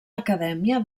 acadèmia